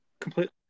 completely